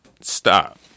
stop